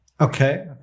okay